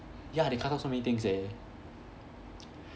ya they cut off so many things eh